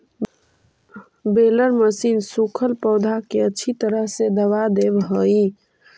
baler machine सूखल पौधा के अच्छी तरह से दबा देवऽ हई